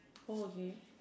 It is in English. okay